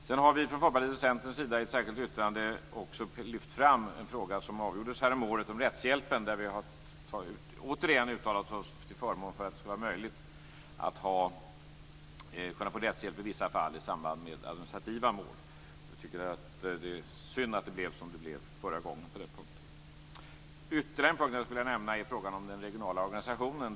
Sedan har vi från Folkpartiets och Centerns sida i ett särskilt yttranden också lyft fram en fråga som avgjordes härom året, om rättshjälpen. Där har vi återigen uttalat oss till förmån för att det skall vara möjligt att kunna få rättshjälp i vissa fall i samband med administrativa mål. Vi tycker att det är synd att det blev som det blev förra gången på den punkten. Ytterligare en punkt jag skulle vilja nämna är frågan om den regionala organisationen.